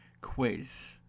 quiz